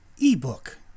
ebook